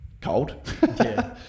cold